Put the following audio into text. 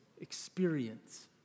experience